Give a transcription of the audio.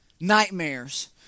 nightmares